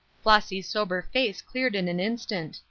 flossy's sober face cleared in an instant.